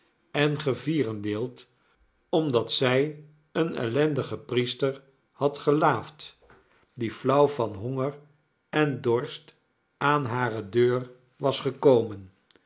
en gevierendeeld omdat zij een ellendigen priester had gelaafd die flauw van honger en dorst aan hare deur was gekomen